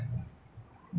对呀最大间